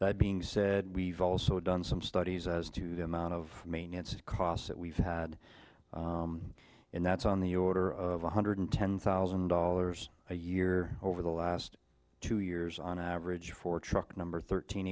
that being said we've also done some studies as to the amount of maintenance costs that we've had in that's on the order of one hundred ten thousand dollars a year over the last two years on average for truck number thirteen